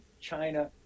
China